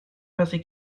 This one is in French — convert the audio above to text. passer